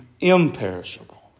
imperishable